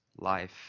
life